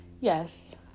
yes